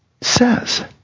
says